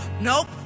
nope